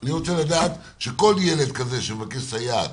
אני רוצה לדעת שכל ילד כזה שמבקש סייעת